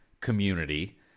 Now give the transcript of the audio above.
community